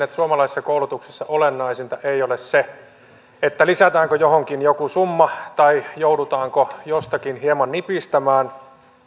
että suomalaisessa koulutuksessa olennaisinta ei ole se lisätäänkö johonkin joku summa tai joudutaanko jostakin hieman nipistämään